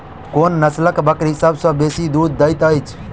कोन नसलक बकरी सबसँ बेसी दूध देइत अछि?